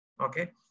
Okay